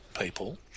people